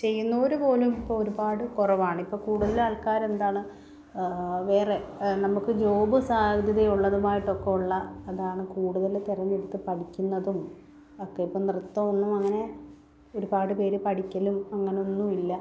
ചെയ്യുന്നവർ പോലും ഇപ്പം ഒരുപാട് കുറവാണ് ഇപ്പം കൂടുതൽ ആൾക്കാരെന്താണ് വേറെ നമുക്ക് ജോബ് സാധ്യതയുള്ളതുമായിട്ടൊക്കെയുള്ള അതാണ് കൂടുതൽ തെരഞ്ഞെടുത്ത് പഠിക്കുന്നതും ഒക്കെ ഇപ്പം നൃത്തമൊന്നും അങ്ങനെ ഒരുപാട് പേര് പഠിക്കലും അങ്ങനൊന്നും ഇല്ല